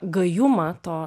gajumą to